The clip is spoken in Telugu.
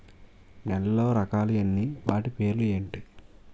నేలలో రకాలు ఎన్ని వాటి పేర్లు ఏంటి?